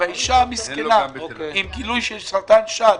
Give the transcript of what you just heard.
האישה עם גילוי של סרטן שד,